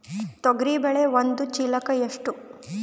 ತೊಗರಿ ಬೇಳೆ ಒಂದು ಚೀಲಕ ಎಷ್ಟು?